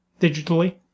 digitally